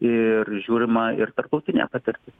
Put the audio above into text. ir žiūrima ir tarptautinė patirtis